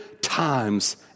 times